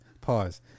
pause